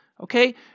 Okay